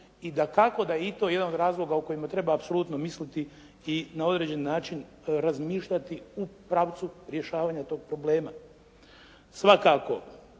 i dakako da je i to jedan od razloga o kojima treba apsolutno misliti i na određeni način razmišljati u pravcu rješavanja tog problema. Svakako